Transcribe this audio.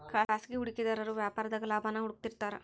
ಖಾಸಗಿ ಹೂಡಿಕೆದಾರು ವ್ಯಾಪಾರದಾಗ ಲಾಭಾನ ಹುಡುಕ್ತಿರ್ತಾರ